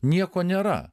nieko nėra